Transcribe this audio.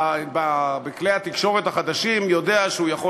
בכלי התקשורת החדשים יודע שהוא יכול